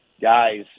Guys